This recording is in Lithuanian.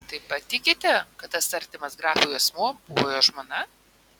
taip pat tikite kad tas artimas grafui asmuo buvo jo žmona